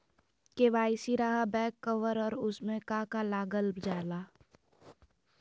KYC रहा back cover और उसमें का का लागल जाला?